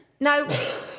No